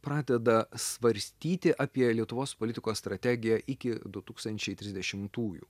pradeda svarstyti apie lietuvos politikos strategiją iki du tūkstančiai trisdešimtųjų